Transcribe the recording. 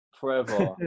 forever